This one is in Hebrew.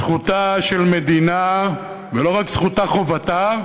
זכותה של מדינה, ולא רק זכותה, חובתה,